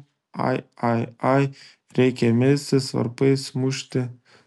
ai ai ai reikia melstis varpais mušti